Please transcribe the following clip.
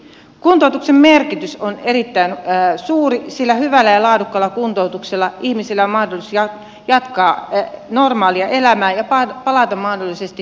kuntoutuksen merkitys on erittäin suuri sillä hyvällä ja laadukkaalla kuntoutuksella ihmisellä on mahdollisuus jatkaa normaalia elämää ja palata mahdollisesti työelämään takaisin